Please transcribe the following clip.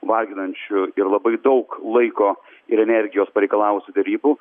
varginančių ir labai daug laiko ir energijos pareikalavusių derybų